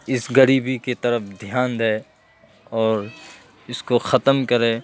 اس غریبی کی طرف دھیان دے اور اس کو ختم کرے